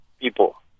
people